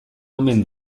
omen